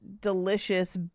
delicious